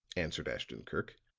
answered ashton-kirk,